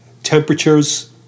Temperatures